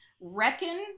reckon